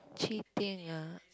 cheating ya